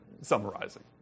Summarizing